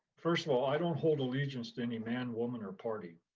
first of all, i don't hold allegiance to any man, woman or party.